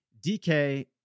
DK